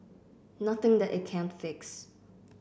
nothing that it can't fix